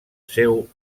seu